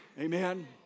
Amen